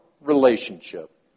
relationship